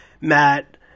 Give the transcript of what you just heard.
Matt